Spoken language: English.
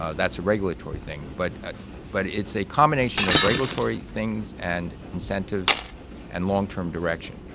ah that's a regulatory thing. but ah but it's a combination of regulatory things and incentives and long-term direction.